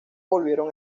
volvieron